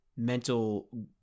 Mental